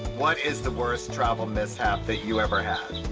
what is the worst travel mishap that you ever had?